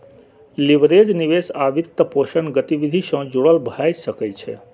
leverage निवेश आ वित्तपोषण गतिविधि सं जुड़ल भए सकै छै